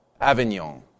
Avignon